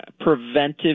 preventive